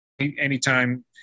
anytime